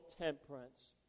temperance